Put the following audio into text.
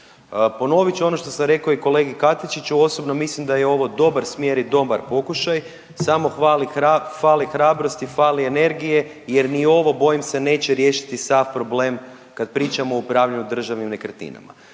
Ponovit ću ono što sam rekao i kolegi Katičiću. Osobno mislim da je ovo dobar smjer i dobar pokušaj, samo fali hrabrosti, fali energije jer ni ovo bojim se neće riješiti sav problem kad pričamo o upravljanju državnim nekretninama.